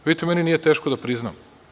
Vidite, meni nije teško da priznam.